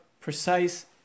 precise